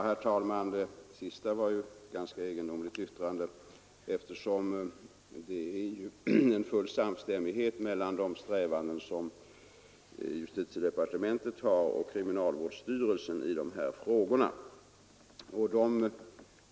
Herr talman! Det sista var ett ganska egendomligt yttrande, eftersom det råder full samstämmighet mellan justitiedepartementets och kriminalvårdsstyrelsens strävanden i dessa frågor.